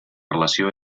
relació